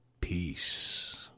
peace